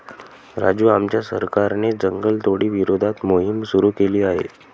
राजू आमच्या सरकारने जंगलतोडी विरोधात मोहिम सुरू केली आहे